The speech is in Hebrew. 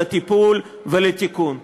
לטיפול ולתיקון.